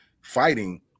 fighting